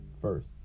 first